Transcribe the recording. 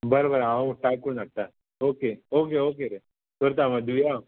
बरें बरें हांव टायप करून हाडटा ओके ओके ओके करता मागीर दिवया